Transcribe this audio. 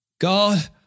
God